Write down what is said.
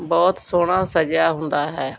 ਬਹੁਤ ਸੋਹਣਾ ਸਜਿਆ ਹੁੰਦਾ ਹੈ